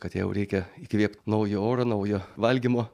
kad jau reikia įkvėpt naujo oro naujo valgymo